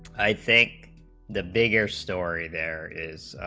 i think the bigger story there is